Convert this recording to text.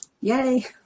yay